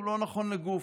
הוא לא נכון לגופו.